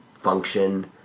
function